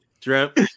drip